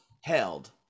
held